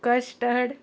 custard